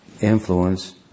influence